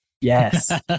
Yes